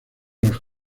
los